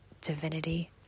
divinity